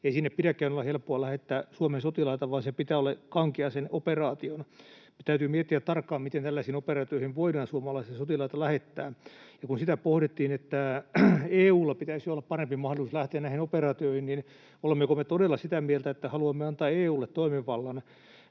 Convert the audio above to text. Ei sinne pidäkään olla helppoa lähettää Suomen sotilaita, vaan sen operaation pitää olla kankeaa. Täytyy miettiä tarkkaan, miten tällaisiin operaatioihin voidaan suomalaisia sotilaita lähettää. Ja kun sitä pohdittiin, että EU:lla pitäisi olla parempi mahdollisuus lähteä näihin operaatioihin, niin olemmeko me todella sitä mieltä, että haluamme antaa EU:lle toimivallan